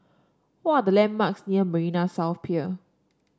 what are the landmarks near Marina South Pier